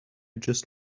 just